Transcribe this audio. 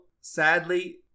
sadly